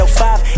105